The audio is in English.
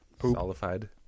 solidified